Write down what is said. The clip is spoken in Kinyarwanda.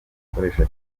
bakoresha